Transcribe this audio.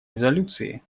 резолюции